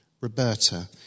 Roberta